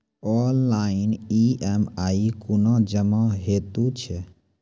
Online EMI कूना जमा हेतु छै?